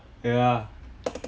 yeah